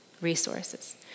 resources